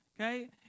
Okay